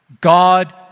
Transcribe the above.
God